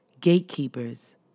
gatekeepers